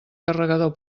carregador